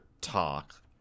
talk